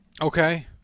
Okay